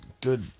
good